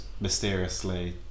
mysteriously